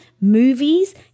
movies